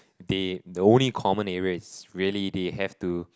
they the only common area is really they have to